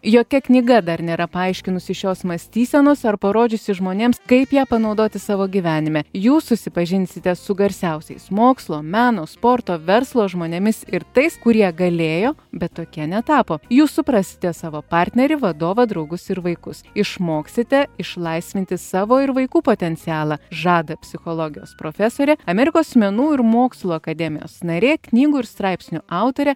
jokia knyga dar nėra paaiškinusi šios mąstysenos ar parodžiusi žmonėms kaip ją panaudoti savo gyvenime jūs susipažinsite su garsiausiais mokslo meno sporto verslo žmonėmis ir tais kurie galėjo bet tokie netapo jūs suprasite savo partnerį vadovą draugus ir vaikus išmoksite išlaisvinti savo ir vaikų potencialą žada psichologijos profesorė amerikos menų ir mokslo akademijos narė knygų ir straipsnių autorė